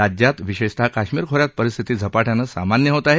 राज्यात विशेषतः काश्मीर खोऱ्यात परिस्थिती झपाट्याने सामान्य होत आहे